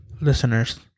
Listeners